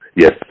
Yes